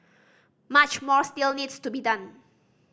much more still needs to be done